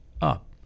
up